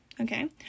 Okay